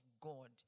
God